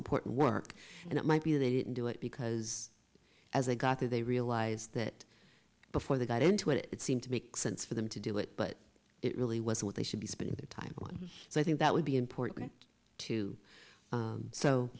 important work and it might be they didn't do it because as they got there they realized that before they got into it it seemed to make sense for them to do it but it really was what they should be spending their time on so i think that would be important to